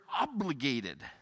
obligated